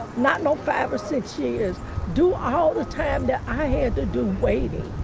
not know, five or six years do all the time that i had to do waiting.